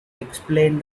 explained